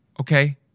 okay